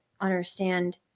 understand